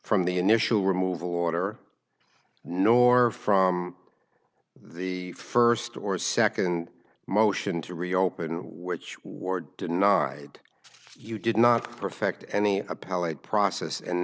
from the initial removal order nor from the first or second motion to reopen which were denied you did not perfect any appellate process and